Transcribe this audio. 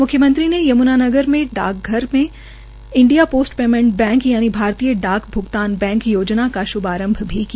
मुख्यमंत्री ने यम्नानगर के मुख्य डाकघर मे इंडिया पोस्ट पेर्मेट बैंक यानि भारतीय डाक भुगतान बैंक योजना का शुभारंभ भी किया